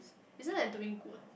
isn't that doing good